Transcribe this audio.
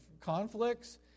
conflicts